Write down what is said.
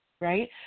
right